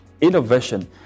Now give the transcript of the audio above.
innovation